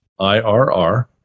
IRR